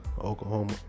Oklahoma